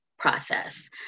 process